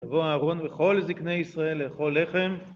ויבוא אהרון וכל זקני ישראל לאכול לחם.